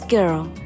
Girl